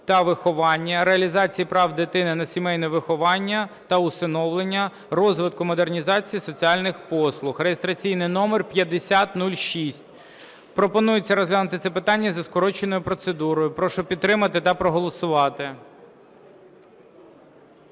та виховання, реалізації права дитини на сімейне виховання та усиновлення, розвитку (модернізації) соціальних послуг (реєстраційний номер 5006). Пропонується розглянути це питання за скороченою процедурою. Прошу підтримати та проголосувати.